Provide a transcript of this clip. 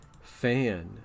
fan